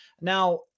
now